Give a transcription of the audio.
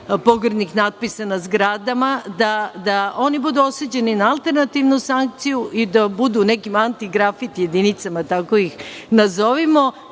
pogrdnih natpisa na zgradama, da oni budu osuđeni na alternativnu sankciju i da budu u nekim anti-grafit jedinicama, tako ih nazovimo,